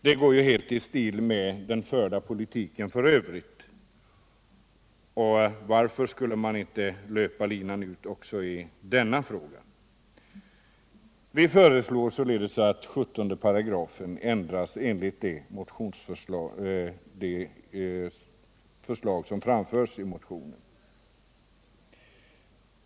Det går ju helt i stil med den i övrigt förda politiken, och varför skulle man inte löpa linan ut också när det gäller denna fråga?